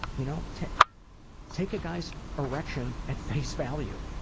you know take take a guy's erection at face value!